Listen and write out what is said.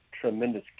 tremendous